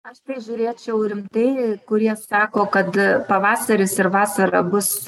aš tai žiūrėčiau rimtai kurie sako kad pavasaris ir vasara bus